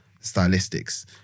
stylistics